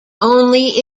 only